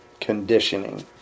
conditioning